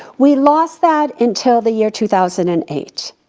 we lost that until the year two thousand and eight.